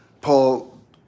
Paul